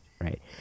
right